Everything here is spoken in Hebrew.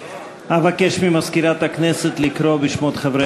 אבקש ממזכירת הכנסת לקרוא בשמות חברי